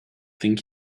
think